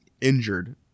injured